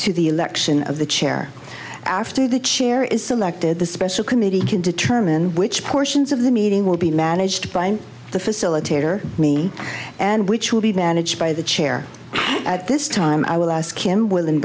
to the election of the chair after the chair is selected the special committee can determine which portions of the meeting will be managed by the facilitator and which will be managed by the chair at this time i will ask him wi